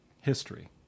history